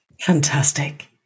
Fantastic